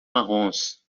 marrons